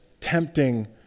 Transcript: tempting